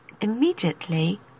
immediately